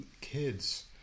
kids